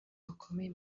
bakomeye